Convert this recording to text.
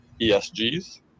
ESGs